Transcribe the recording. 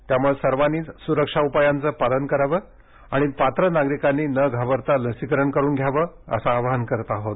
त्यामुळे सर्वांनीच सुरक्षा उपायांचं पालन करावं आणि पात्र नागरिकांनी न घाबरता लसीकरण करून घ्यावं असं आवाहन करत आहोत